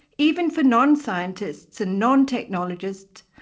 even for non-scientists and non-technologists,